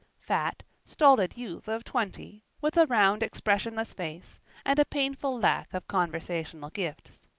fat, stolid youth of twenty, with a round, expressionless face, and a painful lack of conversational gifts.